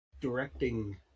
directing